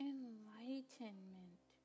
Enlightenment